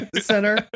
Center